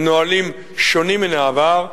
אלה הם נהלים שונים מהעבר,